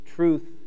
Truth